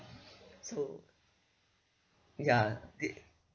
so ya they